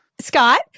Scott